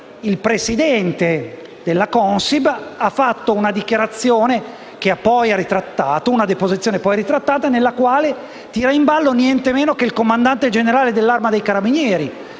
il presidente della Consip ha fatto una dichiarazione, che poi ha ritrattato - una deposizione poi ritrattata - nella quale ha tirato in ballo nientemeno che il comandante generale dell'Arma dei carabinieri.